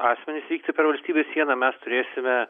asmenis vykti per valstybės sieną mes turėsime